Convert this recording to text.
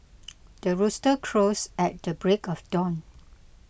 the rooster crows at the break of dawn